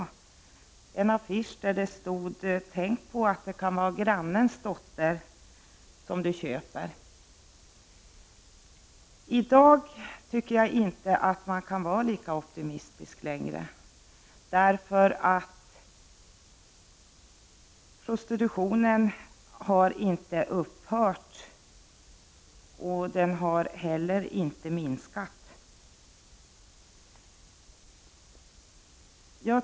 På en affisch stod det: ”Tänk på att det kan vara grannens dotter som du köper!” I dag tycker jag inte man kan vara lika optimistisk längre. Prostitutionen har inte upphört, och den har heller inte minskat.